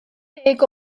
deg